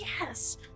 Yes